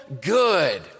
good